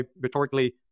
rhetorically